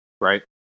right